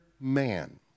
man